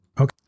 Okay